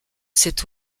cet